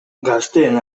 gazteen